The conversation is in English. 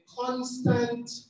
constant